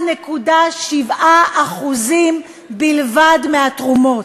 1.7% בלבד מהתרומות.